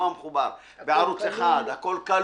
לא המחובר,